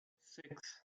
six